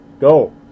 Go